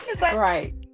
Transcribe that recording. Right